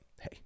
hey